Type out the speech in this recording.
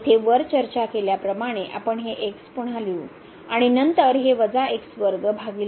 येथे वर चर्चा केल्याप्रमाणे आपण हे पुन्हा लिहू आणि नंतर हे भागिले